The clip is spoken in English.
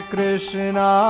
Krishna